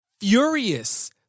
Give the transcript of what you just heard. furious